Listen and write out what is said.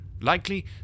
Likely